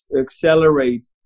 accelerate